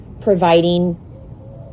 providing